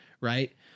Right